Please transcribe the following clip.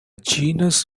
genus